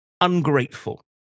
ungrateful